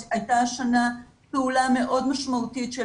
אז הייתה השנה פעולה מאוד משמעותית של